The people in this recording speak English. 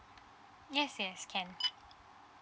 yes yes can